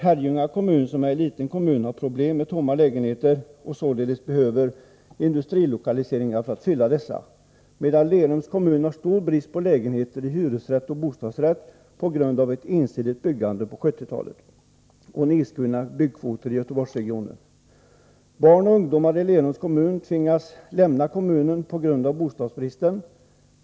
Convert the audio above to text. Herrljunga kommun, som är en liten kommun, har problem med tomma lägenheter och behöver således industrilokaliseringar för att fylla dessa, medan Lerums kommun har stor brist på lägenheter med hyresrätt och bostadsrätt på grund av ett ensidigt byggande på 1970-talet och nedskurna byggkvoter i Göteborgsregionen. Barn och ungdomar i Lerums kommun tvingas lämna kommunen på grund av bostadsbristen.